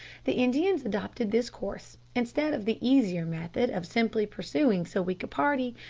the indians adopted this course instead of the easier method of simply pursuing so weak a party,